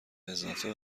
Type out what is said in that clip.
اضافه